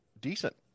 decent